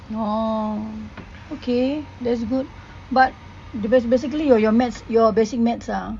orh okay that's good but bas~ basically your your maths your basic maths ah